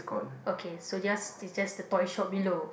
okay so just they just the toy shop below